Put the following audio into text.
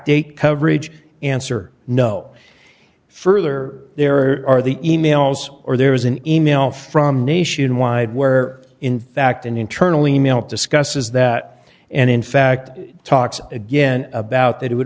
date coverage answer no further there are the emails or there is an e mail from nationwide where in fact an internal e mail discusses that and in fact it talks again about that it would